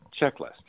checklist